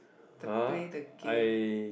the play the game